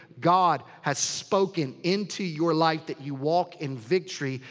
god has spoken into your life that you walk in victory.